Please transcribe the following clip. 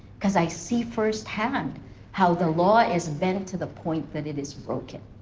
because i see firsthand how the law is bent to the point that it is broken.